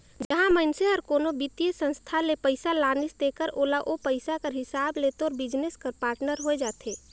जहां मइनसे हर कोनो बित्तीय संस्था ले पइसा लानिस तेकर ओला ओ पइसा कर हिसाब ले तोर बिजनेस कर पाटनर होए जाथे